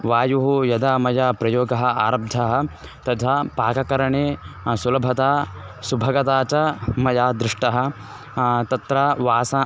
वायुः यदा मया प्रयोगः आरब्धः तदा पाककरणे सुलभता सुभगता च मया दृष्टः तत्र वासः